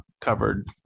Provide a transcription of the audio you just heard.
covered